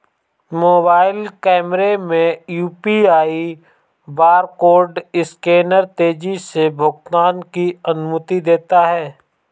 mobile कैमरे में UPI barcode scanner तेजी से भुगतान की अनुमति देता है